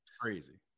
Crazy